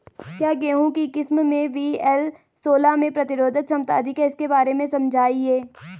क्या गेहूँ की किस्म वी.एल सोलह में प्रतिरोधक क्षमता अधिक है इसके बारे में समझाइये?